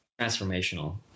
transformational